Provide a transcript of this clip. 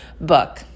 book